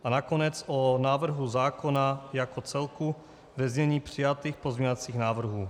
A nakonec o návrhu zákona jako celku ve znění přijatých pozměňovacích návrhů.